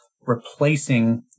replacing